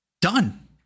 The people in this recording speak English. Done